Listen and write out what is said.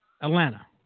Atlanta